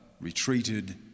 retreated